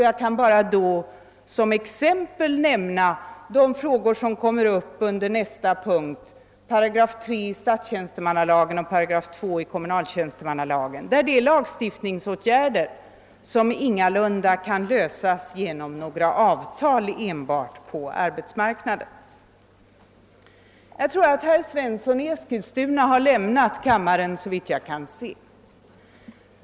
Jag kan som exempel nämna de frågor som tas upp under nästa punkt, nämligen 3 § i statstjänstemannalagen och 2 §& i kommunaltjänstemannalagen. Det gäller här problem som ingalunda kan lösas enbart genom några avtal på arbetsmarknaden. Herr Svensson i Eskilstuna har såvitt jag kan se lämnat kammaren.